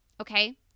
Okay